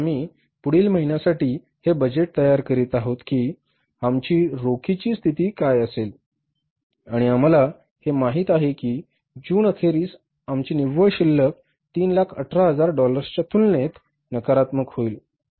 म्हणूनच आम्ही पुढील महिन्यासाठी हे बजेट तयार करीत आहोत की आमची रोखीची स्थिती काय असेल आणि आम्हाला हे माहित आहे की जूनअखेरीस आमचे निव्वळ शिल्लक 318000 डॉलर्सच्या तुलनेत नकारात्मक होईल